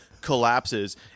collapses